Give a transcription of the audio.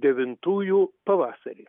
devintųjų pavasarį